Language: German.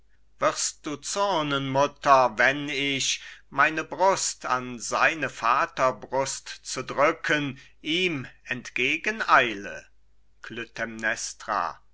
wirst du zürnen mutter wenn ich meine brust an seine vaterbrust zu drücken ihm entgegen eile